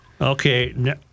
Okay